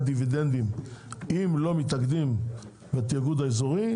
דיבידנדים אם לא מתאגדים בתיאגוד האזורי,